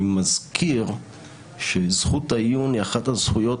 אני מזכיר שזכות העיון היא אחת הזכויות,